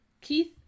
Keith